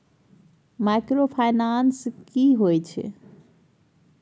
Microfinance की होय छै?